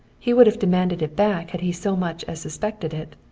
he would have demanded it back had he so much as suspected it.